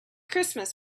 christmas